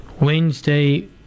Wednesday